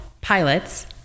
pilots